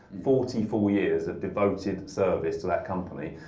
forty four years of devoted service to that company.